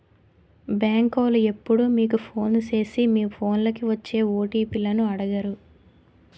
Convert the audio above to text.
బేంకోలు ఎప్పుడూ మీకు ఫోను సేసి మీ ఫోన్లకి వచ్చే ఓ.టి.పి లను అడగరు